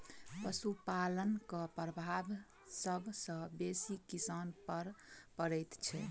पशुपालनक प्रभाव सभ सॅ बेसी किसान पर पड़ैत छै